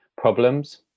problems